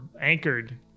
anchored